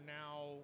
now